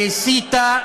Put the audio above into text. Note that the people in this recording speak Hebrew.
והסיתה,